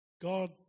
God